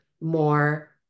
more